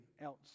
else